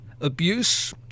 abuse